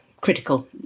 critical